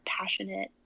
passionate